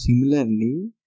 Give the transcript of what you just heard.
similarly